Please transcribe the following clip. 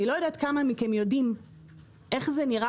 אני לא יודעת כמה אתם יודעים איך נראה